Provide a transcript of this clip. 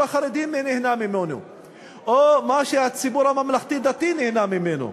החרדי נהנה ממנו או מה שהציבור בממלכתי-דתי נהנה ממנו.